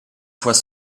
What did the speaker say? fois